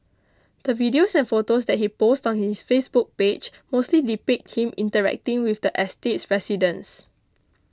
the videos and photos that he posts on his Facebook page mostly depict him interacting with the estate's residents